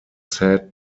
said